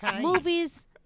movies